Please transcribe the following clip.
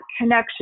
connection